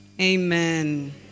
Amen